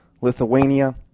Lithuania